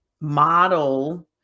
model